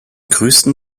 größten